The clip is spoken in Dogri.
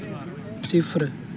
सिफर